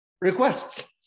requests